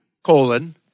colon